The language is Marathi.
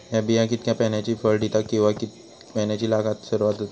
हया बिया कितक्या मैन्यानी फळ दिता कीवा की मैन्यानी लागाक सर्वात जाता?